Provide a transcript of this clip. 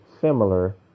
similar